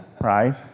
right